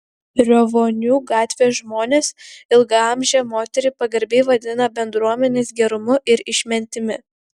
riovonių gatvės žmonės ilgaamžę moterį pagarbiai vadina bendruomenės gerumu ir išmintimi